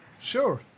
Sure